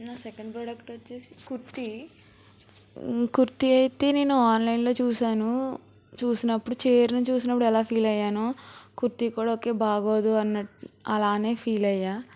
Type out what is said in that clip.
నా second product వచ్చేసి కుర్తీ కుర్తీ అయితే నేను ఆన్లైన్లో చూశాను చూసినప్పుడు చీరను చూసినప్పుడు ఎలా ఫీల్ అయ్యానో కుర్తీ కూడా ఓకే బాగోదు అన్నట్టు అలానే ఫీల్ అయ్యాను